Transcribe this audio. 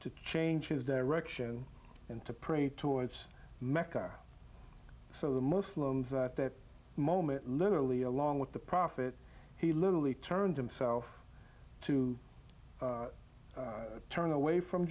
to changes direction and to pray towards mecca so the muslims at that moment literally along with the prophet he literally turned himself to turn away from